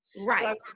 Right